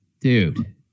Dude